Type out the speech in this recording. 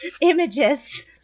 images